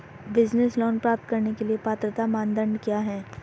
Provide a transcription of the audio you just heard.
Business loan प्राप्त करने के लिए पात्रता मानदंड क्या हैं?